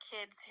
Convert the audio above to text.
kids